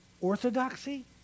orthodoxy